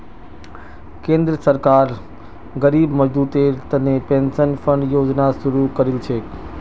केंद्र सरकार गरीब मजदूरेर तने पेंशन फण्ड योजना शुरू करील छेक